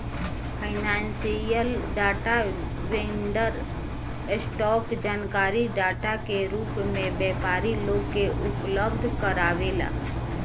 financial data vendor, stock जानकारी data के रूप में व्यापारी लोग के उपलब्ध कारावेला